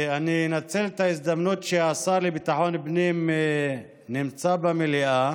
ואני אנצל את ההזדמנות שהשר לביטחון פנים נמצא במליאה